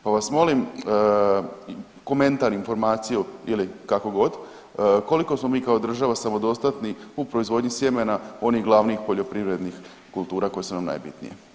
Pa vas molim komentar, informaciju ili kakogod, koliko smo mi kao država samodostatni u proizvodnji sjemena onih glavnih poljoprivrednih kultura koje su nam najbitnije?